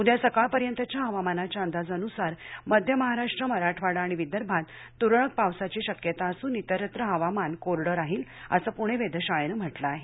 उद्या सकाळ पर्यंतच्या हवामानाच्या अंदाजानुसार मध्य महाराष्ट्र मराठवाडा आणि विदर्भात तुरळक पावसाची शक्यता असून इतरत्र हवामान कोरडं राहील असं पूणे वेधशाळेनं म्हटलं आहे